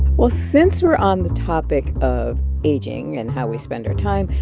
ah since we're on the topic of aging and how we spend our time,